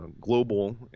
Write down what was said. global